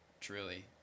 truly